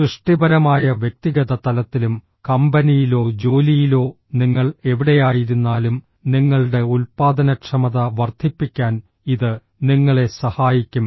സൃഷ്ടിപരമായ വ്യക്തിഗത തലത്തിലും കമ്പനിയിലോ ജോലിയിലോ നിങ്ങൾ എവിടെയായിരുന്നാലും നിങ്ങളുടെ ഉൽപ്പാദനക്ഷമത വർദ്ധിപ്പിക്കാൻ ഇത് നിങ്ങളെ സഹായിക്കും